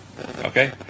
Okay